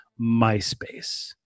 Myspace